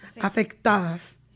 afectadas